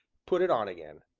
put it on again.